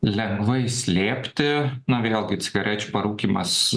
lengvai slėpti na vėlgi cigarečių parūkymas